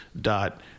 dot